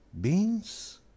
beans